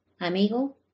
Amigo